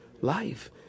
life